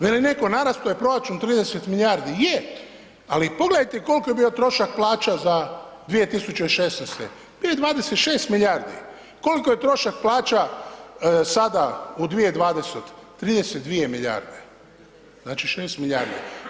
Veli netko narasto je proračun 30 milijardi, je, ali pogledajte koliko je bio trošak plaća za 2016. bio je 26 milijardi, koliko je trošak plaća sada u 2020. 32 milijarde, znači 6 milijardi.